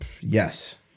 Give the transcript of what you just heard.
Yes